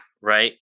right